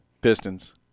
Pistons